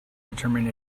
determine